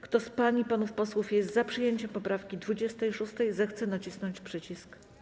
Kto z pań i panów posłów jest za przyjęciem poprawki 26., zechce nacisnąć przycisk.